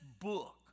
book